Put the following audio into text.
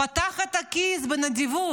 הוא פתח את הכיס בנדיבות.